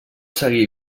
seguir